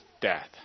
death